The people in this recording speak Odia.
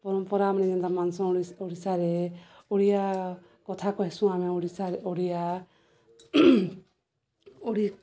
ପରମ୍ପରା ଆମେ ଯେନ୍ତା ମାନସୁଁ ଓ ଓଡ଼ିଶାରେ ଓଡ଼ିଆ କଥା କହିସୁଁ ଆମେ ଓଡ଼ିଶାରେ ଓଡ଼ିଆ